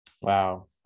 Wow